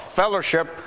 fellowship